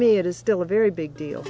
me it is still a very big deal